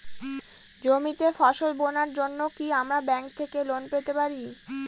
জমিতে ফসল বোনার জন্য কি আমরা ব্যঙ্ক থেকে লোন পেতে পারি?